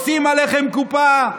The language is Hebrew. עושים עליכם קופה,